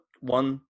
One